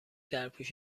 درپوش